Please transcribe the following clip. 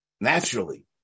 Naturally